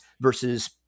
versus